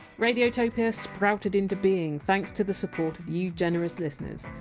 radiotopia sprouted into being thanks to the support of you generous listeners,